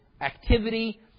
activity